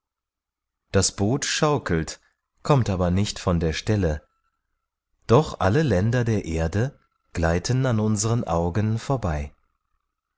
das bot schaukelt kommt aber nicht von der stelle doch alle länder der erde gleiten an unseren augen vorbei